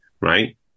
right